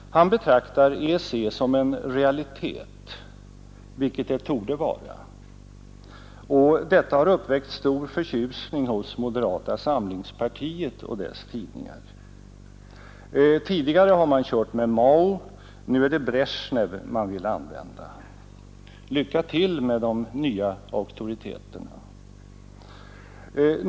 Han betraktar EEC som en realitet, vilket det torde vara, och detta har uppväckt stor förtjusning hos moderata samlingspartiet och dess tidningar. Tidigare har man kört med Mao, nu är det Bresjnev som man vill använda. Lycka till med de nya auktoriteterna!